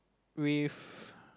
with